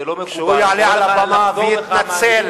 זה לא מקובל ואני קורא לך לחזור בך מהמלים האלה.